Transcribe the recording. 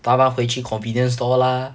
搭 bus 回去 convenience store lah